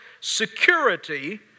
security